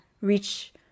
reach